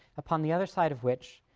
upon the other side of which,